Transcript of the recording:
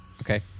Okay